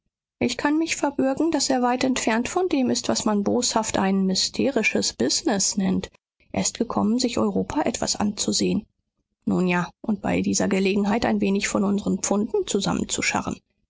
ich kann mich verbürgen daß er weit entfernt von dem ist was man boshaft ein mystisches busineß nennt er ist gekommen sich europa etwas anzusehen nun ja und bei dieser gelegenheit ein wenig von unseren pfunden zusammenzuscharren